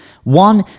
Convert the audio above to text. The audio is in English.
One